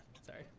sorry